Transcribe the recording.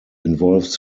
involves